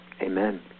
Amen